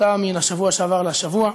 שנדחתה מהשבוע שעבר לשבוע.